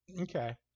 Okay